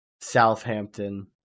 Southampton